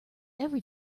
every